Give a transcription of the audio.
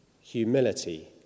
humility